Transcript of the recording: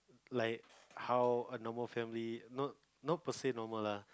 like how a normal family not per say normal lah